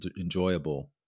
enjoyable